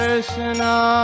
Krishna